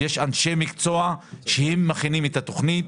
יש אנשי מקצוע שהם מכינים את התכנית.